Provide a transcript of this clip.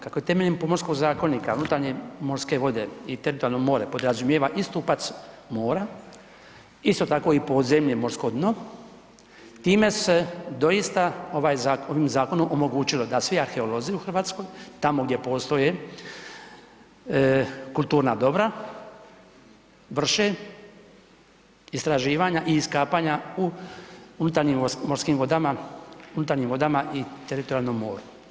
Kako je temeljem Pomorskog zakonika unutarnje morske vode i teritorijalno more podrazumijeva i stupac mora, isto tako i podzemlje morsko dno, time se doista ovaj zakon, ovim zakonom omogućilo da svi arheolozi u Hrvatskoj tamo gdje postoje kulturna dobra vrše istraživanja i iskapanja u unutarnjim morskim vodama, unutarnjim vodama i teritorijalnom moru.